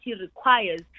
requires